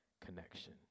connection